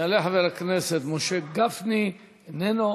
יעלה חבר הכנסת משה גפני, איננו.